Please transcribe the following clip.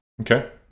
Okay